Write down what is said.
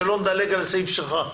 שלא נדלג על הסעיף שלך.